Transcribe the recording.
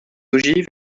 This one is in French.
ogives